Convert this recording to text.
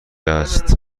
است